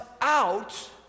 out